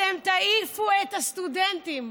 אתם תעיפו את הסטודנטים,